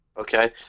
okay